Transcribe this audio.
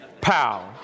pow